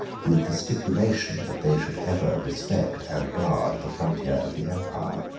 with the stipulation, that they should ever respect and guard the frontier of the empire.